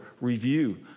review